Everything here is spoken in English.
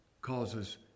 causes